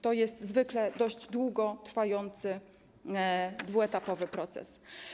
To jest zwykle dość długo trwający dwuetapowy proces.